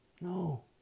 No